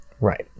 Right